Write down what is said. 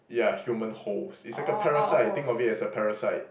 yeah human holes is like a parasite think of it as a parasite